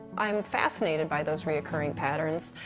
i'm fascinated by those reoccurring patterns,